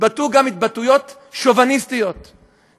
התבטאו גם התבטאויות שוביניסטיות,